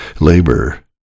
labor